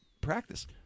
practice